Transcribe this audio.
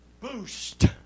boost